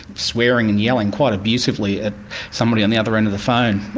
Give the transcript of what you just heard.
swearing and yelling quite abusively at somebody on the other end of the phone,